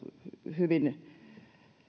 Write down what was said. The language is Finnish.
hyvin